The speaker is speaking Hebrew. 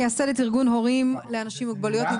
מייסדת ארגון הורים לאנשים עם מוגבלויות.